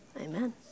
Amen